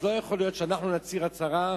אז לא יכול להיות שאנחנו נצהיר הצהרה,